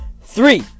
Three